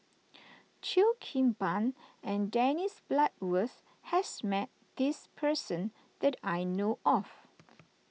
Cheo Kim Ban and Dennis Bloodworth has met this person that I know of